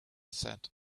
said